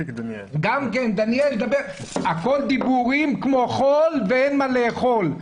הכול דיבורים כמו חול ואין מה לאכול.